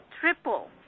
triple